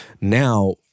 Now